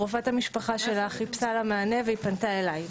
רופאת המשפחה שלה חיפשה לה מענה והיא פנתה אליי.